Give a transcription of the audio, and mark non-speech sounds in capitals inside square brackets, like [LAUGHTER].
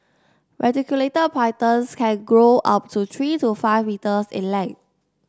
[UNINTELLIGIBLE] pythons can grow up to three to five metres in length